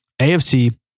AFC